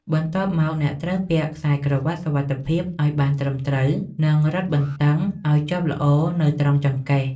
បន្ទាប់មក អ្នកត្រូវពាក់ខ្សែក្រវាត់សុវត្ថិភាព ឱ្យបានត្រឹមត្រូវ និងរឹតបន្តឹងឱ្យជាប់ល្អនៅត្រង់ចង្កេះ។